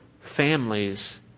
families